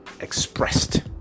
expressed